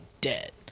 Dead